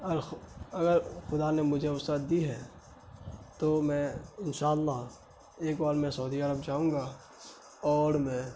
ارخ اگر خدا نے مجھے وسعت دی ہے تو میں ان شاء اللہ ایک بار میں سعودی عرب جاؤں گا اور میں